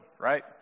right